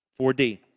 4D